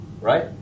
right